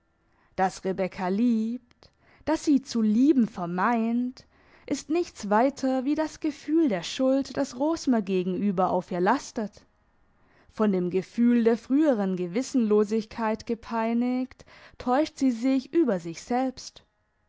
dass rebekka liebt dass sie zu lieben vermeint ist nichts weiter wie das gefühl der schuld das rosmer gegenüber auf ihr lastet von dem gefühl der früheren gewissenlosigkeit gepeinigt täuscht sie sich über sich selbst